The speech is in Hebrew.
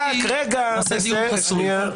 רק רגע, שנייה.